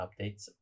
updates